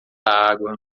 água